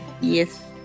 Yes